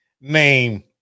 name